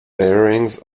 bearings